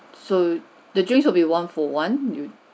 so the drink will be one for one you'd